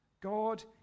God